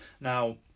now